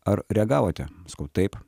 ar reagavote sakau taip